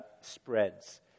spreads